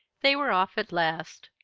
they were off at last.